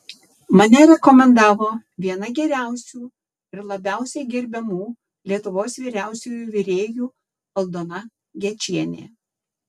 mane rekomendavo viena geriausių ir labiausiai gerbiamų lietuvos vyriausiųjų virėjų aldona gečienė